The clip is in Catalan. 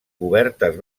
cobertes